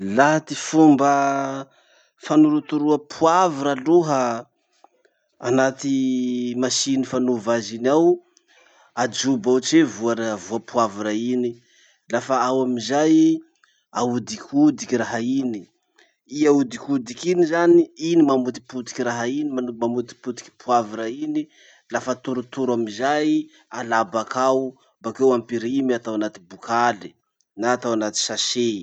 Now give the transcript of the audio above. Laha ty fomba fanorotoroa poivre aloha anaty masiny fanova azy iny ao. Ajobo ao tse voana- voa poivre iny. Lafa ao amizay i, ahodikodiky raha iny. I ahodikodiky iny zany, iny mamotipotiky raha iny man- mamotipotiky poivre iny. Lafa torotoro amizay, alà bakao, bakeo ampirimy atao anaty bokaly na atao anaty sachet.